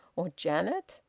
or janet?